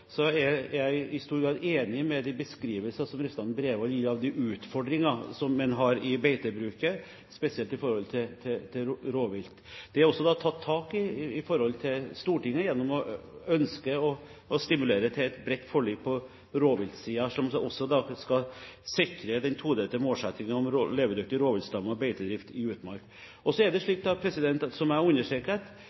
de beskrivelser som representanten Bredvold gir av de utfordringer en har i beitebruket, spesielt i forhold til rovvilt. Det er det tatt tak i overfor Stortinget, gjennom ønsket om å stimulere til et bredt forlik på rovviltsiden, noe som skal sikre den todelte målsettingen om levedyktige rovviltstammer og beitedrift i utmark. Jeg har understreket at beitenekt er og skal være – i henhold til lover og regler og rettspraksis – det siste inngripende tiltak. Jeg har understreket